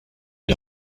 der